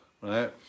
right